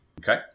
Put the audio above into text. Okay